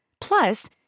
Plus